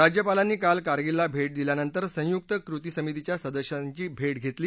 राज्यपालांनी काल कारगिलला भेट दिल्यानंतर संयुक कृती समितेच्या सदस्यांशी भेट घेतली